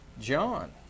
John